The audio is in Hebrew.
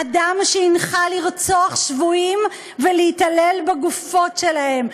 אדם שהנחה לרצוח שבויים ולהתעלל בגופות שלהם,